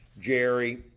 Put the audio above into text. Jerry